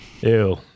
Ew